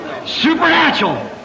supernatural